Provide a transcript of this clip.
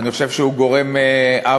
אני חושב שזה גורם עוול.